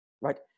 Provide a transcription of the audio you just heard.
Right